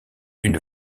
une